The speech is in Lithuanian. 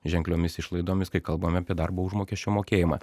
ženkliomis išlaidomis kai kalbam apie darbo užmokesčio mokėjimą